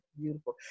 beautiful